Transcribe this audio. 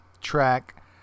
track